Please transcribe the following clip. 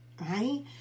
right